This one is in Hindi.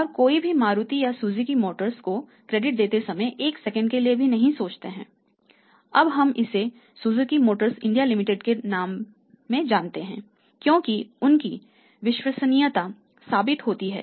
और कोई भी मारुति या सुज़ुकी मोटर्स को क्रेडिट देते समय एक सेकंड के लिए भी नहीं सोचता है अब हम इसे सुजुकी मोटर्स इंडिया लिमिटेड के रूप में कहते हैं क्योंकि उनकी विश्वसनीयता साबित होती है